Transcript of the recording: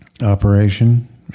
operation